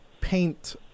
paint